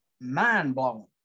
mind-blowing